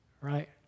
Right